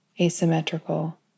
asymmetrical